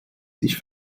sich